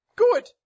good